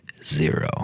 Zero